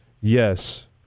Yes